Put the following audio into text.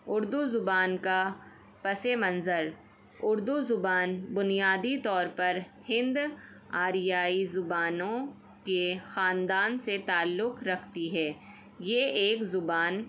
اردو زبان کا پس منظر اردو زبان بنیادی طور پر ہند آریائی زبانوں کے خاندان سے تعلق رکھتی ہے یہ ایک زبان